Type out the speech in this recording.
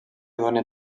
dóna